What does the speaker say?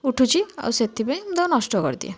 ଉଠୁଛି ଆଉ ସେଥିପାଇଁ ମୁଁ ତାକୁ ନଷ୍ଟ କରିଦିଏ